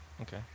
Okay